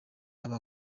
aba